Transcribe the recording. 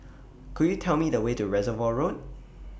Could YOU Tell Me The Way to Reservoir Road